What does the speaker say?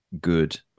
good